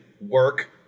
work